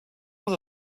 los